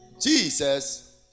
jesus